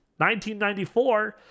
1994